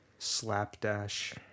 slapdash